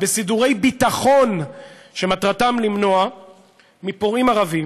בסידורי ביטחון שמטרתם למנוע מפורעים ערבים,